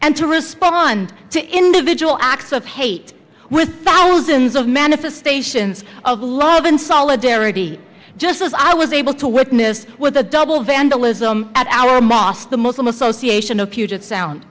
and to respond to individual acts of hate with thousands of manifestations of love and solidarity just as i was able to witness with the double vandalism at our mosque the muslim association of puget sound